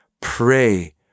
pray